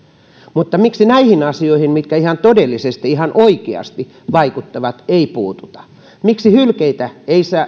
mutta miksi näihin asioihin mitkä ihan todellisesti ihan oikeasti vaikuttavat ei puututa miksi hylkeitten